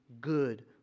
good